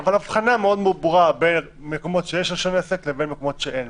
אבל הבחנה מאוד ברורה בין מקומות שיש להם רישיון עסק לבין מקומות שאין.